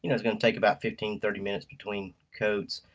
you know it's gonna take about fifteen, thirty minutes between coats.